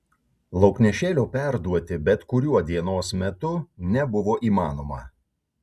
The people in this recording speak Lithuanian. lauknešėlio perduoti bet kuriuo dienos metu nebuvo įmanoma